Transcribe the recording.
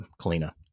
Kalina